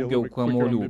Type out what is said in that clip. daugiau kamuolių